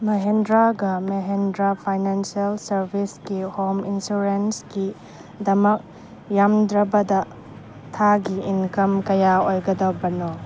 ꯃꯍꯤꯟꯗ꯭ꯔꯥꯒ Mahindra financial ꯁꯥꯔꯕꯤꯁꯀꯤ home ꯏꯟꯁꯨꯔꯦꯟꯁꯀꯤꯗꯃꯛ ꯌꯥꯝꯗ꯭ꯔꯕꯗ ꯊꯥꯒꯤ ꯏꯟꯀꯃ ꯀꯌꯥ ꯑꯣꯏꯒꯗꯕꯅꯣ